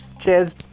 cheers